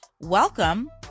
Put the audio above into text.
welcome